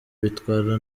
bitwara